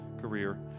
career